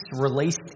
released